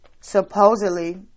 supposedly